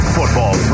Football